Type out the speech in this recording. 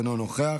אינו נוכח,